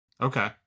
Okay